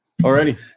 Already